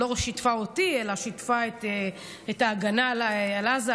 היא לא שיתפה אותי אלא שיתפה את ההגנה על עזה,